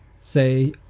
say